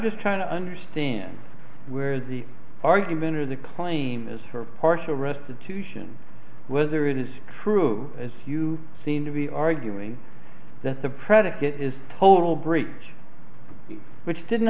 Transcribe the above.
just trying to understand where the argument or the claim is for partial restitution whether it is true as you seem to be arguing that the predicate is total break which didn't